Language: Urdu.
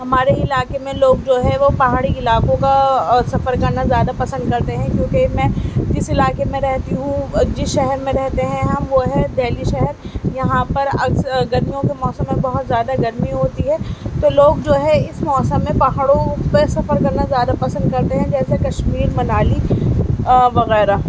ہمارے علاقے میں لوگ جو ہے وہ پہاڑی علاقوں کا سفر کرنا زیادہ پسند کرتے ہیں کیوں کہ میں جس علاقے میں رہتی ہوں جس شہر میں رہتے ہیں ہم وہ ہے دہلی شہر یہاں پر اکثر گرمیوں کے موسم میں بہت زیادہ گرمی ہوتی ہے تو لوگ جو ہے اس موسم میں پہاڑوں پہ سفر کرنا زیادہ پسند کرتے ہیں جیسے کشمیر منالی اور وغیرہ